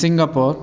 Singapore